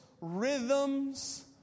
rhythms